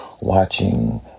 watching